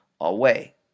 away